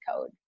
code